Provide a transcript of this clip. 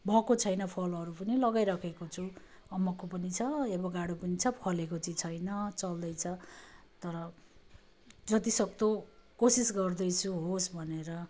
भएको छैन फलहरू पनि लगाइरखेको छु अम्बकको पनि छ एभगार्डो पनि छ फलेको चाहिँ छैन चल्दैछ तर जति सक्दो कोसिस गर्दैछु होस् भनेर